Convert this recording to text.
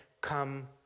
come